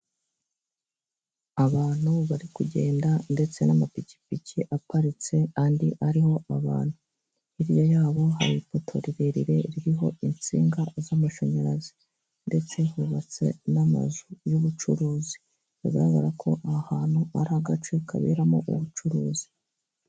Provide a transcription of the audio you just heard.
Abantu bari kugenda ndetse n'amapikipiki aparitse andi ariho abantu, hirya yabo hari ipoto rirerire ririho itsinga z'amashanyarazi, ndetse hubatse n'amazu y'ubucuruzi bigaragara ko aha hantu ari agace kaberamo ubucuruzi.